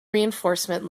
reinforcement